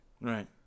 Right